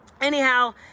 anyhow